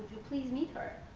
please meet her?